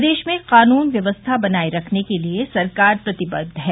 प्रदेश में कानून व्यवस्था बनाये रखने के लिये सरकार प्रतिबद्व है